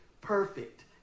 perfect